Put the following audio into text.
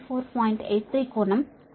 83 కోణం 5